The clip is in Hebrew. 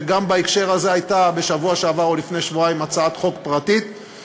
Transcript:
וגם בהקשר הזה הייתה בשבוע שעבר או לפני שבועיים הצעת חוק פרטית,